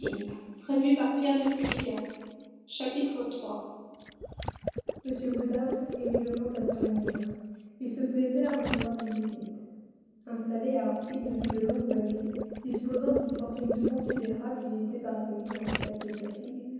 m woodhouse aimait le monde à sa manière il se plaisait à recevoir des visites installé à hartfield depuis de longues années disposant d'une fortune considérable il était parvenu avec l'aide de sa fille